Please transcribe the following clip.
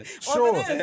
Sure